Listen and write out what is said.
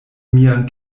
mian